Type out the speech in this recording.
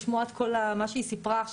אני לא מסוגלת לחזור על כל מה שהיא סיפרה עכשיו.